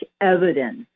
evidence